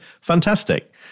fantastic